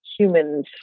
humans